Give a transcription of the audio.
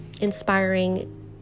inspiring